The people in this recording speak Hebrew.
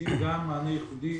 לעיתים גם מענה ייחודי